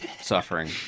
suffering